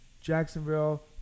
Jacksonville